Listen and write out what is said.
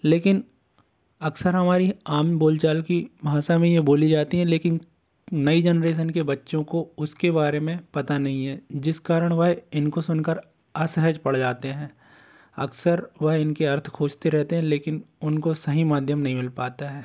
लेकिन अक्सर हमारी आम बोलचाल की भाषा में यह बोली जाती हैं लेकिन नई जनरेसन के बच्चों को उस के बारे में पता नहीं है जिस कारण वह इन को सुनकर असहज पड़ जाते हैं अक्सर वा इनके अर्थ खोजते रहते हैं लेकिन उन को सही माध्यम नहीं मिल पता है